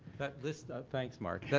that list, thanks mark, yeah